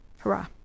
Hurrah